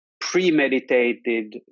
premeditated